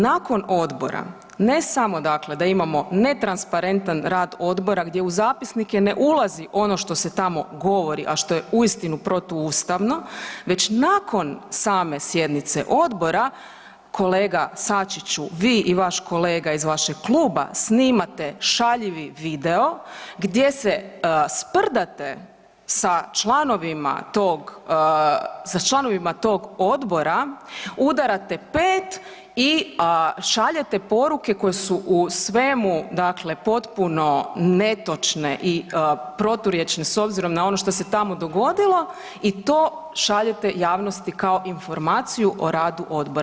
Nakon odbora, ne samo dakle da imamo netransparentan rad odbora gdje u zapisnike ne ulazi ono što se tamo govori, a što je uistinu protuustavno već nakon same sjednice odbora, kolega Sačiću vi i vaš kolega iz vašeg kluba snimate šaljivi video gdje se sprdate sa članovima tog, sa članovima tog odbora, udarate pet i, a šaljete poruke koje su u svemu, dakle potpuno netočne i proturječne s obzirom na ono što se tamo dogodilo i to šaljete javnosti kao informaciju o radu odbora.